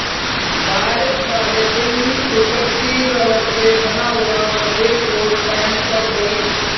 बारिश वाले दिन सुकृति रबड़ से बना हुआ रेनकोट पहनकर गई